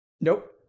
Nope